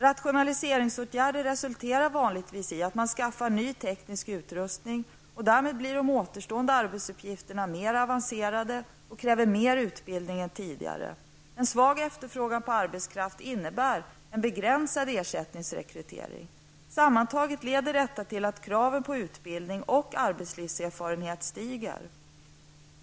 Rationaliseringsåtgärder resulterar vanligtvis i att man skaffar ny teknisk utrustning, och därmed blir de återstående arbetsuppgifterna mer avancerade och kräver mer utbildning än tidigare. En svag efterfrågan på arbetskraft innebär en begränsad ersättningsrekrytering. Sammantaget leder detta till att kraven på utbildning och arbetslivserfarenhet stiger.